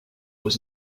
was